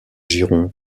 girons